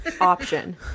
option